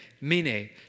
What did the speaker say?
meaning